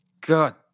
God